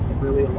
really